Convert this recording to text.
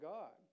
God